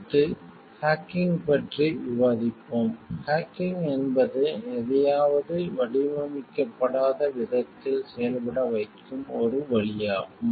அடுத்து ஹேக்கிங் பற்றி விவாதிப்போம் ஹேக்கிங் என்பது எதையாவது வடிவமைக்கப்படாத விதத்தில் செயல்பட வைக்கும் ஒரு வழியாகும்